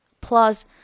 Plus